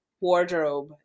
wardrobe